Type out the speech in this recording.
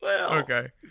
Okay